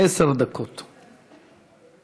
עשר דקות לרשותך.